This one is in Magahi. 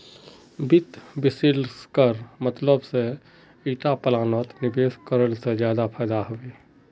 वित्त विश्लेषकेर मतलब से ईटा प्लानत निवेश करले से फायदा हबे